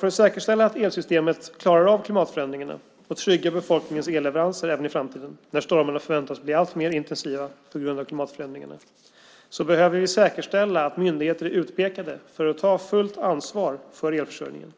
För att säkerställa att elsystemet klarar klimatförändringarna och tryggar befolkningens elleveranser även i framtiden när stormarna väntas bli allt intensivare på grund av klimatförändringarna behöver vi säkerställa att myndigheter utpekats att ta fullt ansvar för elförsörjningen.